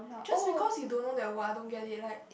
just because you don't know that word I don't get it right